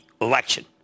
election